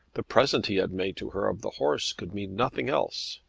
the present he had made to her of the horse could mean nothing else.